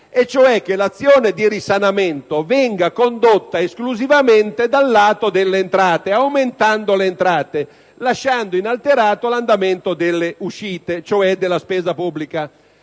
cioè che l'azione di risanamento venga condotta esclusivamente dal lato delle entrate, aumentando queste ultime e lasciando inalterato l'andamento delle uscite, cioè della spesa pubblica.